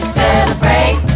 celebrate